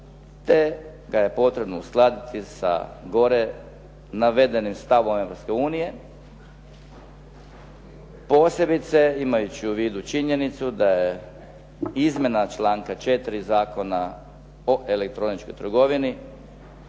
te ga je potrebno uskladiti sa gore navedenim stavom Europske unije, posebice imajući u vidu činjenicu da je izmjena članka 4. Zakona o elektroničkoj trgovini